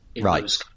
Right